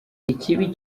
ikibi